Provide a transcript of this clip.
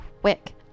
quick